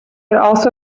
also